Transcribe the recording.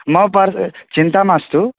मम पार्श्वे चिन्ता मास्तु